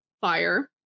fire